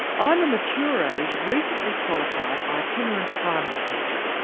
i'm a mature-age, recently qualified, itinerant primary teacher.